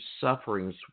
sufferings